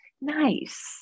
nice